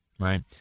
Right